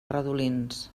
redolins